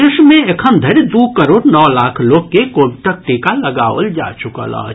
देश मे एखन धरि दू करोड़ नओ लाख लोक के कोविडक टीका लगाओल जा चुकल अछि